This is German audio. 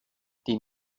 die